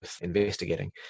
investigating